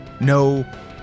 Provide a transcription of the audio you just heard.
No